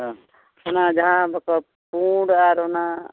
ᱚ ᱚᱱᱟ ᱡᱟᱦᱟᱸ ᱫᱚᱛᱚ ᱯᱩᱸᱰ ᱟᱨ ᱚᱱᱟ